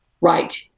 Right